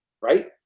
right